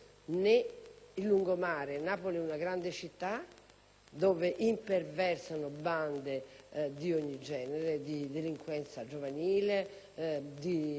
il lungomare. Napoli è una grande città in cui imperversano bande di ogni genere, di delinquenza giovanile, di